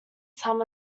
some